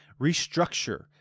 restructure